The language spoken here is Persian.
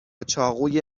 چاقوی